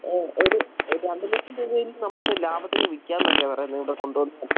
ആ ഒരു ഒരു രണ്ട് ലക്ഷം രൂപയെങ്കിലും നമുക്ക് ലാഭത്തിനു വിൽക്കാമെന്നൊക്കെയാണ് പറയുന്നത് ഇവിടെ കൊണ്ടു വന്നാൽ